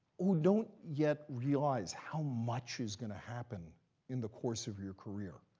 who don't yet realize how much is going to happen in the course of your career.